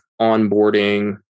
onboarding